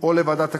או לוועדת הכלכלה,